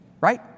Right